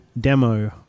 demo